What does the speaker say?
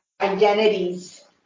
identities